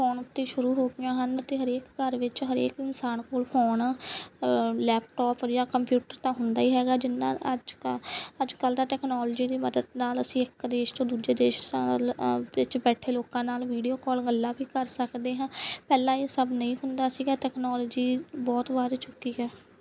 phone ਉੱਤੇ ਸ਼ੁਰੂ ਹੋ ਗਈਆਂ ਹਨ ਅਤੇ ਹਰੇਕ ਘਰ ਵਿੱਚ ਹਰੇਕ ਇਨਸਾਨ ਕੋਲ ਫੋਨ ਲੈਪਟਾਪ ਜਾਂ ਕੰਪਿਊਟਰ ਤਾਂ ਹੁੰਦਾ ਹੀ ਹੈਗਾ ਜਿੰਨਾ ਅੱਜ ਕੱਲ੍ਹ ਅੱਜ ਕੱਲ੍ਹ ਦਾ ਟੈਕਨੋਲਜੀ ਦੀ ਮਦਦ ਨਾਲ ਅਸੀਂ ਇੱਕ ਦੇਸ਼ ਤੋਂ ਦੂਜੇ ਦੇਸ਼ਾਂ ਲ ਵਿੱਚ ਬੈਠੇ ਲੋਕਾਂ ਨਾਲ ਵੀਡੀਓ ਕਾਲ ਗੱਲਾਂ ਵੀ ਕਰ ਸਕਦੇ ਹਾਂ ਪਹਿਲਾਂ ਇਹ ਸਭ ਨਹੀਂ ਹੁੰਦਾ ਸੀਗਾ ਟੈਕਨੋਲੋਜੀ ਬਹੁਤ ਵੱਧ ਚੁੱਕੀ ਹੈ